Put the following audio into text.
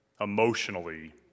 emotionally